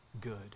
good